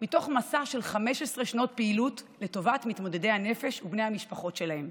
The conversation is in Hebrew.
מתוך מסע של 15 שנות פעילות לטובת מתמודדי הנפש ובני המשפחות שלהם.